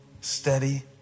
steady